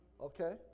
Okay